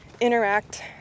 interact